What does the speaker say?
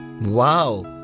Wow